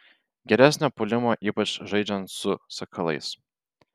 geresnio puolimo ypač žaidžiant su sakalais